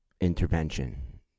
intervention